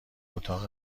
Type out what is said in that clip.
اتاق